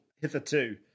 hitherto